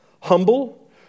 humble